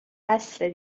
بسه